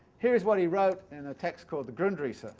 here's what he wrote in a text called the grundrisse,